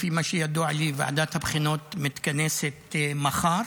לפי מה שידוע לי, ועדת הבחינות מתכנסת מחר